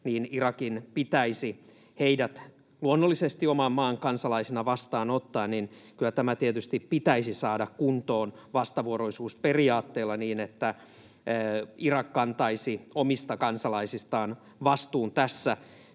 sitä tarvitse, pitäisi Irakin luonnollisesti oman maan kansalaisina vastaanottaa. Kyllä tämä tietysti pitäisi saada kuntoon vastavuoroisuusperiaatteella niin, että Irak kantaisi omista kansalaisistaan vastuun tässä, kun